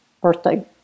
birthday